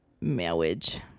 marriage